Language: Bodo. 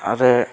आरो